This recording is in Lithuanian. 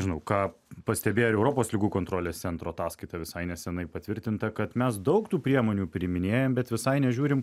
žinau ką pastebėjo ir europos ligų kontrolės centro ataskaita visai neseniai patvirtinta kad mes daug tų priemonių priiminėjam bet visai nežiūrim